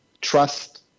trust